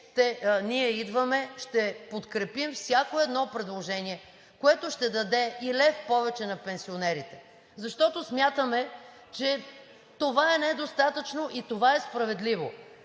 Ние идваме!“ ще подкрепим всяко едно предложение, което ще даде и лев повече на пенсионерите. Защото смятаме, че това е недостатъчно и това е справедливо.